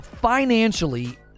financially